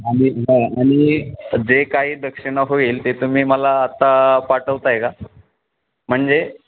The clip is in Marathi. आणि आणि जे काही दक्षिणा होईल ते तुम्ही मला आत्ता पाठवताय का म्हणजे